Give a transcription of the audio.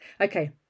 Okay